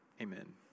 Amen